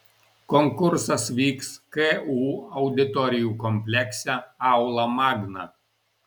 konkursas vyks ku auditorijų komplekse aula magna